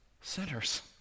sinners